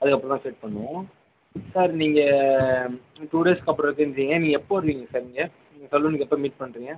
அதுக்கு அப்புறம் செட் பண்ணுவோம் சார் நீங்கள் டூ டேஸ்சுக்கு அப்புறம் நீங்கள் எப்போது வரீங்க சார் நீங்கள் நீங்கள் சலூனுக்கு எப்போ மீட் பண்ணுறீங்க